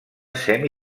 semi